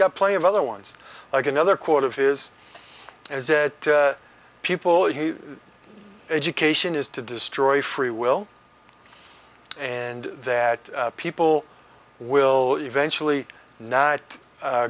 got plenty of other ones like another quote of his is that people education is to destroy free will and that people will eventually not